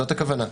זו הכוונה.